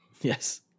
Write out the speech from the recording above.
yes